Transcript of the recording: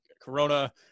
corona